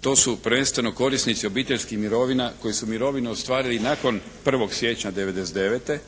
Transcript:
To su prvenstveno korisnici obiteljskih mirovina koji su mirovine ostvarili nakon 1. siječnja '99.,